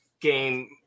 game